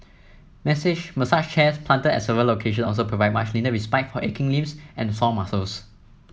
message massage chairs planted at several location also provide much needed respite for aching limbs and sore muscles